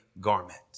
garment